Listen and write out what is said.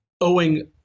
owing